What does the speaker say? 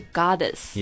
goddess